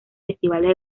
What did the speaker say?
festivales